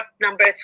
number